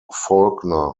faulkner